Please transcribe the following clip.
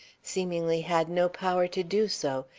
seemingly had no power to do so,